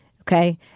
Okay